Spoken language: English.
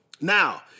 Now